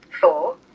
four